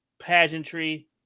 pageantry